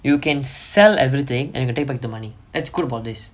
you can sell everything and take back the money that's what good about this